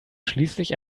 schließlich